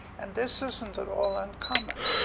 and this isn't at all uncommon.